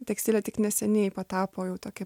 tekstilė tik neseniai patapo jau tokia